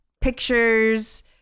pictures